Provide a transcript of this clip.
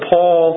Paul